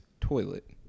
toilet